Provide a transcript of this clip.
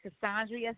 Cassandra